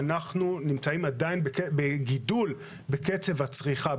אנחנו נמצאים עדיין בגידול בקצב הצריכה.